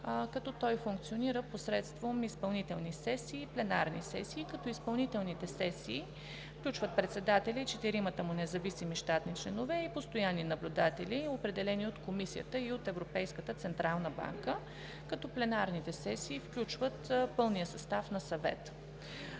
като функционира посредством изпълнителни и пленарни сесии. Изпълнителните сесии включват председатели и четиримата му независими щатни членове и постоянни наблюдатели, определени от Комисията и от Европейската централна банка. Пленарните сесии включват пълния състав на Съвета.